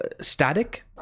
static